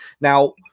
now